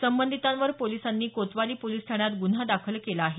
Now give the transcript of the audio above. संबंधितांवर पोलिसांनी कोतवाली पोलिस ठाण्यात गुन्हा दाखल केला आहे